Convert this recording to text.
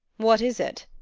what is it?